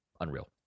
Unreal